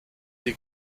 die